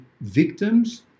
victims